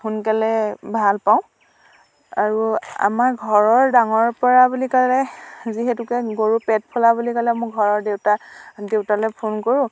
সোনকালে ভাল পাওঁ আৰু আমাৰ ঘৰৰ ডাঙৰৰ পৰা বুলি ক'লে যিহেতুকে গৰুৰ পেট ফুলা বুলি ক'লে মোৰ ঘৰৰ দেউতা দেউতালে ফোন কৰোঁ